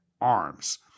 arms